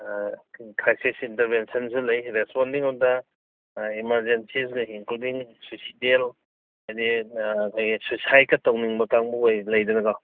thesis ꯏꯟꯇꯔꯚꯦꯟꯁꯟꯁꯨ ꯂꯩ responding of the emergencies and the including suicidal ꯍꯥꯏꯗꯤ ꯑꯩꯈꯣꯏꯒꯤ ꯁꯨꯁꯥꯏꯠꯀ ꯇꯧꯅꯤꯡꯕ ꯀꯥꯡꯒꯨꯒ ꯂꯩꯗꯅꯀꯣ